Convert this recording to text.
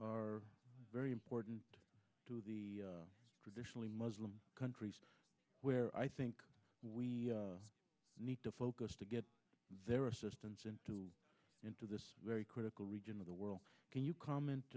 are very important the traditionally muslim countries where i think we need to focus to get their assistance into into this very critical region of the world can you comment